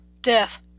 Death